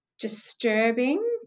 disturbing